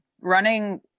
running